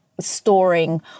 storing